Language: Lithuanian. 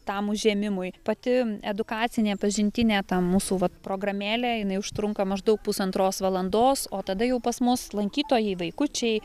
tam užėmimui pati edukacinė pažintinė ta mūsų va programėlė jinai užtrunka maždaug pusantros valandos o tada jau pas mus lankytojai vaikučiai